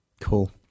Cool